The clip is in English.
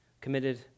Committed